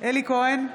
אלי כהן,